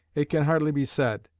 it can hardly be said,